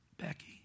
Becky